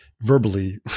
verbally